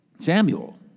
Samuel